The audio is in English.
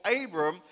Abram